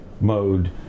mode